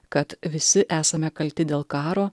kad visi esame kalti dėl karo